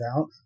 out